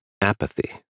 apathy